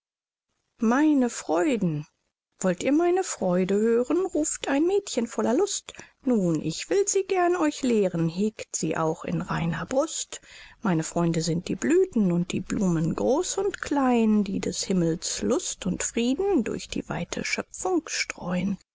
meine freuden wollt ihr meine freude hören ruft ein mädchen voller lust nun ich will sie gern euch lehren hegt sie auch in reiner brust meine freude sind die blüthen und die blumen groß und klein die des himmels lust und frieden durch die weite schöpfung streu'n